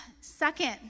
second